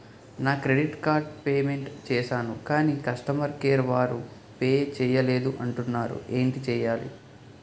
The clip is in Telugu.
నా క్రెడిట్ కార్డ్ పే మెంట్ చేసాను కాని కస్టమర్ కేర్ వారు పే చేయలేదు అంటున్నారు ఏంటి చేయాలి?